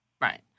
Right